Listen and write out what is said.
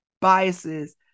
biases